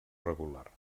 regular